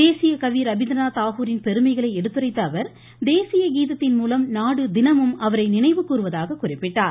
தேசிய கவி ரபீந்திரநாத் தாகூரின் பெருமைகளை எடுத்துரைத்த அவர் தேசிய கீதத்தின் மூலம் நாடு தினமும் அவரை நினைவுகூர்வதாக குறிப்பிட்டார்